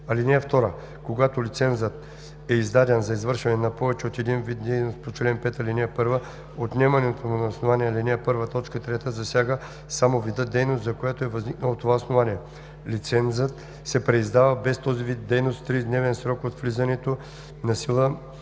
лице. (2) Когато лицензът е издаден за извършване на повече от един вид дейност по чл. 5, ал. 1, отнемането му на основание ал. 1, т. 3 засяга само вида дейност, за която е възникнало това основание. Лицензът се преиздава без този вид дейност в 30-дневен срок от влизането в сила